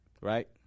Right